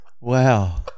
Wow